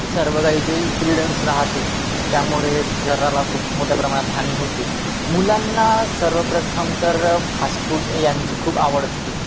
सर्व काही जे इंक्रेडियंट्स राहते त्यामुळे शराला खूप मोठ्या प्रमाणात हानी होते मुलांना सर्वप्रथम तर फास फूड यांची खूप आवड असते